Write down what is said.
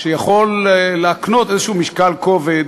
שיכול להקנות איזה משקל כובד,